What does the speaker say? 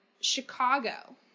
Chicago